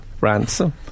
Ransom